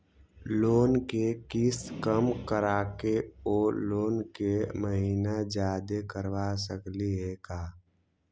Loan के किस्त कम कराके औ लोन के महिना जादे करबा सकली हे का?